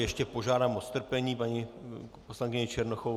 Ještě požádám o strpení paní poslankyni Černochovou.